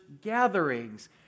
gatherings